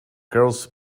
girls